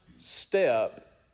step